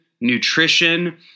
nutrition